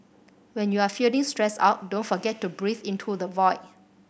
when you are feeling stressed out don't forget to breathe into the void